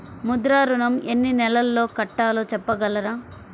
ముద్ర ఋణం ఎన్ని నెలల్లో కట్టలో చెప్పగలరా?